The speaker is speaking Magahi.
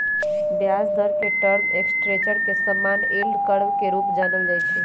ब्याज दर के टर्म स्ट्रक्चर के समान्य यील्ड कर्व के रूपे जानल जाइ छै